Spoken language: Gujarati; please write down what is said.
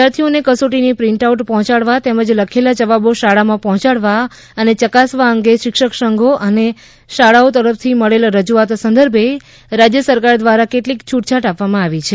વિદ્યાર્થીઓને કસોટીની પ્રિન્ટ આઉટ પહોંચાડવા તેમજ લખેલા જવાબો શાળામાં પહોંચાડવા અને ચકાસવા અંગે શિક્ષક સંઘો અને શાળાઓ તરફથી મળેલ રજૂઆત સંદર્ભે રાજ્ય સરકાર દ્વારા કેટલીક છૂટછાટ આપવામાં આવી છે